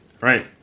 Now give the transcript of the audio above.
right